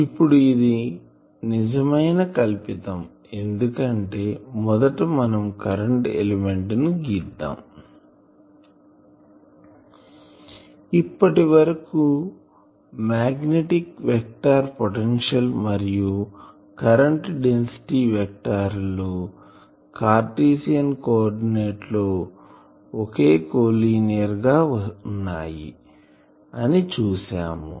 ఇప్పుడు ఇది నిజమైన కల్పితం ఎందుకంటే మొదట మనం కరెంటు ఎలిమెంట్ ని గీద్దాం ఇప్పటి వరకు మాగ్నెటిక్ వెక్టార్ పొటెన్షియల్ మరియు కరెంటు డెన్సిటీ వెక్టార్ లు కార్టీసియన్ కోఆర్డినెట్స్ లో కొలీనియర్ గా వున్నాయి అని చూసాము